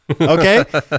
okay